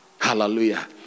Hallelujah